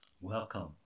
welcome